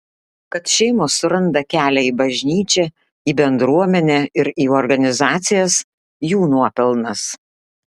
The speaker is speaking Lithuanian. kad šeimos suranda kelią į bažnyčią į bendruomenę ir į organizacijas jų nuopelnas